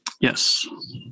Yes